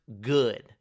good